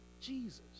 Jesus